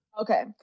Okay